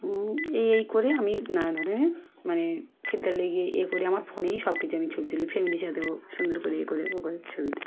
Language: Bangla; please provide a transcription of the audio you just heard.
এই এই করে আমি নানা ধরনের মানে ফিল্টার লাগিয়ে ইয়ে করে আমার ফোনেই সব কিছু আমি ছবি তুলি ফ্যামিলির সাথেও সুন্দর করে ইয়ে করে ও করে ছবি তুলি